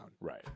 Right